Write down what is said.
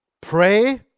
pray